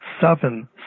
seven